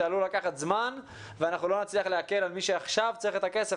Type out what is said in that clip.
זה עלול לקחת זמן ואנחנו לא נצליח להקל על מי שעכשיו צריך את הכסף,